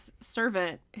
servant